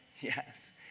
Yes